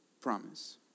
promise